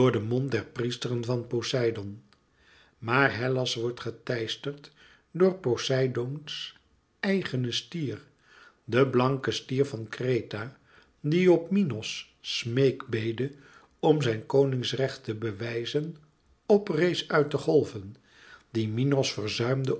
der priesteren van poseidoon maar hellas wordt geteisterd door poseidoons eigenen stier de blanke stier van kreta die op minos smeekbede om zijn koningsrecht te bewijzen op rees uit de golven dien minos